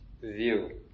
view